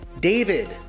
David